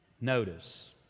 Notice